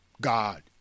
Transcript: God